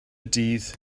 dydd